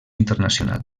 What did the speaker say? internacional